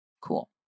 Cool